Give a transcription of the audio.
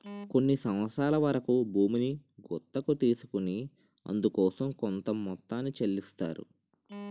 కొన్ని సంవత్సరాల వరకు భూమిని గుత్తకు తీసుకొని అందుకోసం కొంత మొత్తాన్ని చెల్లిస్తారు